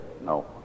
no